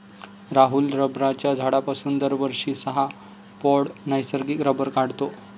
राहुल रबराच्या झाडापासून दरवर्षी सहा पौंड नैसर्गिक रबर काढतो